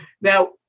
Now